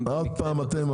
אם --- עוד פעם אתם.